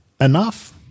enough